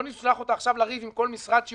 לא נשלח אותה עכשיו לריב עם כל משרד שהיא